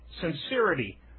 sincerity